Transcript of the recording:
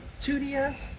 2DS